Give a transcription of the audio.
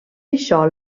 això